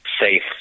safe